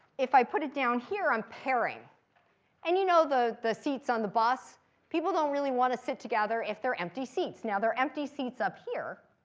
if i put it down here on pairing and, you know, the the seats on the bus people don't really want to sit together if there are empty seats. now there are empty seats up here.